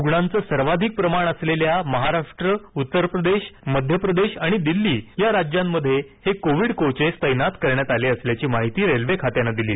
रुग्णांचं सर्वाधिक प्रमाण असलेल्या महाराष्ट्र उत्तर प्रदेश मध्य प्रदेश आणि दिल्ली या राज्यांमध्ये हे कोविड कोचेस तैनात करण्यात आले असल्याची माहिती रेल्वे खात्यानं दिली आहे